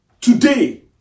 Today